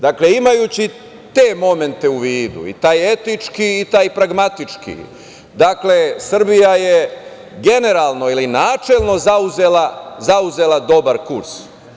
Dakle, imajući te momente u vidu i taj etički i taj pragmatički, dakle Srbija je generalno ili načelno zauzelo dobar kurs.